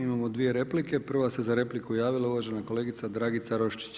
Imamo dvije replike, prva se za repliku javila, uvažena kolegica Dragica Roščić.